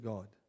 God